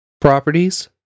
properties